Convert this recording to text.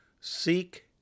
seek